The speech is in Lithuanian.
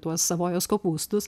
tuos savojos kopūstus